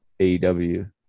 AEW